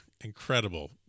incredible